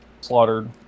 slaughtered